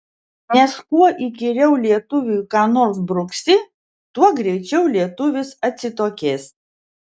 nes kuo įkyriau lietuviui ką nors bruksi tuo greičiau lietuvis atsitokės